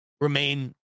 remain